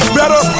better